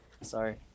Sorry